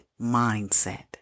mindset